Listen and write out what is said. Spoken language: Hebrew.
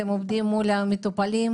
אתם עומדים מול המטופלים,